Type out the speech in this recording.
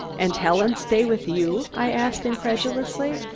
and helen stay with you? i asked incredulously.